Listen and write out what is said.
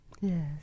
Yes